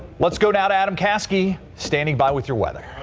let's go down adam caskey standing by with your weather.